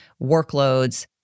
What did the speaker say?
workloads